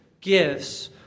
gifts